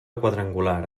quadrangular